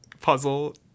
puzzle